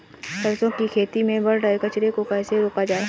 सरसों की खेती में बढ़ रहे कचरे को कैसे रोका जाए?